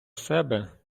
себе